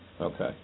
Okay